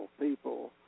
people